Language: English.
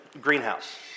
greenhouse